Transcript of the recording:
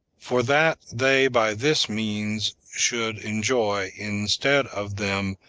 for that they by this means should enjoy, instead of them,